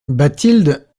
bathilde